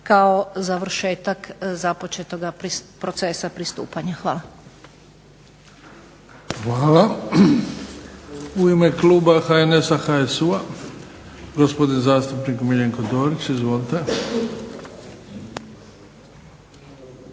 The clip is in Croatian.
kao završetak započetoga procesa pristupanja. Hvala. **Bebić, Luka (HDZ)** Hvala. U ime kluba HNS-a, HSU-a gospodin zastupnik Miljenko Dorić. Izvolite.